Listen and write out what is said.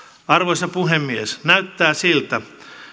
arvoisa puhemies näyttää siltä